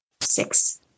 six